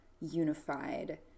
unified